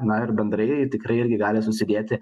na ir bendrai tikrai irgi gali susidėti